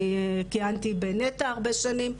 אני כיהנתי בנת"ע הרבה שנים,